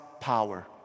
power